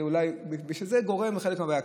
שזה גורם לחלק מהבעיה.